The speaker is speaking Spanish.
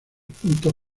puntos